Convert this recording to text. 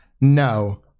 no